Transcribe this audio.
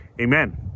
Amen